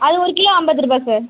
அது ஒரு கிலோ ஐம்பது ரூபாய் சார்